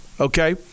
okay